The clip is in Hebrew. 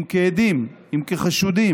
אם כעד, אם כחשוד,